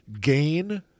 gain